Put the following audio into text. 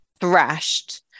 thrashed